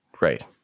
Right